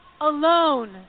alone